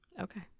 Okay